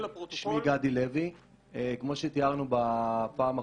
כמו שתיארנו בפעם הקודמת,